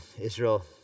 Israel